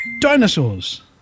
Dinosaurs